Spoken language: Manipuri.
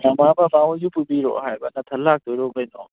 ꯃꯃꯥ ꯕꯕꯥ ꯍꯣꯏꯁꯨ ꯄꯨꯕꯤꯔꯛꯑꯣ ꯍꯥꯏꯕ ꯅꯊꯟꯇ ꯂꯥꯛꯇꯣꯏꯔꯣ ꯀꯩꯅꯣ